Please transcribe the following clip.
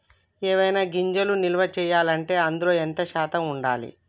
ఏవైనా గింజలు నిల్వ చేయాలంటే అందులో ఎంత శాతం ఉండాలి?